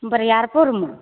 बरियारपुरमे